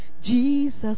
Jesus